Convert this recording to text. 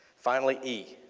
finally, e,